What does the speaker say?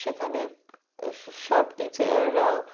সেখানে সব টিচাররা